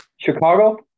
Chicago